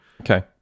okay